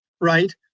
right